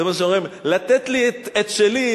זה מה שאומרים: לתת לי את שלי.